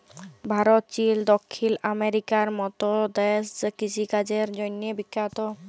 Bharat, Chile, দখ্খিল আমেরিকার মত দ্যাশ কিষিকাজের জ্যনহে বিখ্যাত